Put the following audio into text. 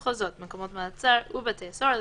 דיברנו על חולה שמאושפז בבית החולים ויש צורך להביא את